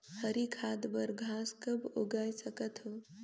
हरी खाद बर घास कब उगाय सकत हो?